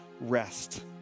rest